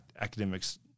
academics